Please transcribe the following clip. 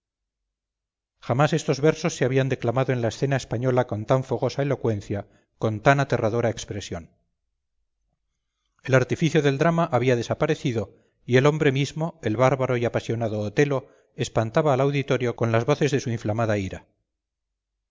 jamás estos versos se habían declamado en la escena española con tan fogosa elocuencia con tan aterradora expresión el artificio del drama había desaparecido y el hombre mismo el bárbaro y apasionado otelo espantaba al auditorio con las voces de su inflamada ira